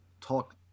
talk